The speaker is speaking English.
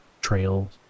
trail